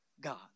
God